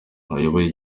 wayoboye